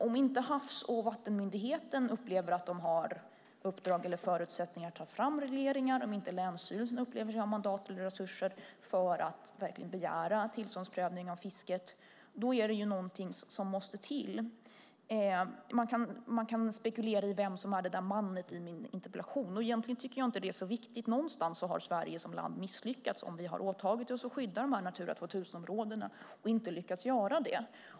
Om inte Havs och vattenmyndigheten upplever att man har uppdrag eller förutsättningar att ta fram regleringar och om inte länsstyrelsen upplever sig ha mandat eller resurser att begära tillståndsprövning av fisket måste något till. Man kan spekulera i vem "man" är i min interpellation, men egentligen är det inte så viktigt. Någonstans har Sverige som land misslyckats om vi har åtagit oss att skydda Natura 2000-områdena och inte lyckas göra det.